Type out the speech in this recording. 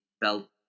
felt